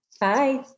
Bye